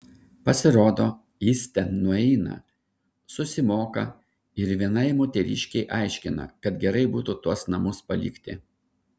pasirodo jis ten nueina susimoka ir vienai moteriškei aiškina kad gerai būtų tuos namus palikti